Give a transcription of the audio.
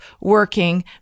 working